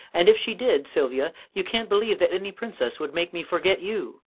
and if she did, sylvia, you can't believe that any princess would make me forget you!